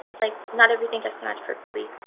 like not everything has to match perfectly.